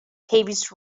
tavis